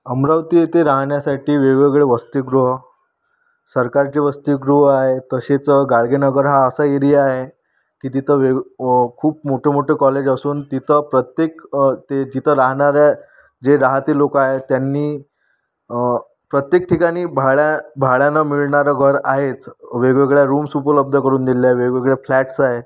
अमरावती येथे राहण्यासाठी वेगवेगळे वसतीगृह सरकारचे वसतीगृह आहे तसेच गाडगेनगर हा असा एरिया आहे की तिथं वेग खूप मोठं मोठं कॉलेज असून तिथं प्रत्येक ते तिथं राहणाऱ्या जे राहते लोकं आहे त्यांनी प्रत्येक ठिकाणी भाड्या भाड्यानं मिळणारं घर आहेच वेगवेगळ्या रूम्स उपलब्ध करून दिल्या वेगवेगळ्या फ्लॅट्स आहे